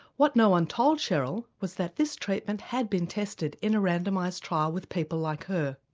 what no one told cheryl was that this treatment had been tested in a randomised trial with people like her.